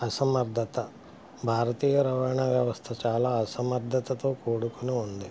అసమర్ధత భారతీయ రవాణా వ్యవస్థ చాలా అసమర్థతో కూడుకుని ఉంది